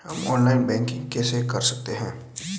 हम online banking कैसे कर सकते हैं?